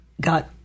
got